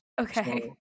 Okay